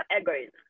egoism